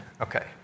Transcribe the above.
Okay